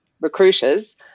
recruiters